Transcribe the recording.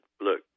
look